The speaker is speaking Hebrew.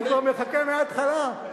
אני כבר מחכה מההתחלה.